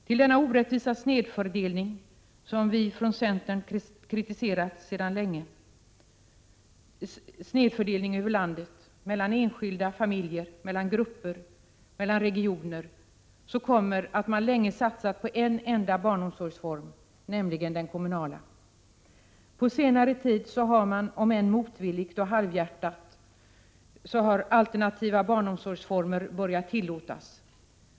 Till denna orättvisa snedfördelning över landet — som vi från centern kritiserat sedan länge — mellan enskilda familjer, mellan grupper och mellan regioner, tillkommer att man länge satsat på en enda barnomsorgsform, nämligen den kommunala. På senare tid har, om än motvilligt och halvhjärtat, alternativa barnomsorgsformer börjat tillåtas.